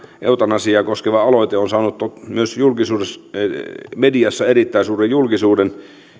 eutanasiaa koskeva aloite on saanut myös mediassa erittäin suuren julkisuuden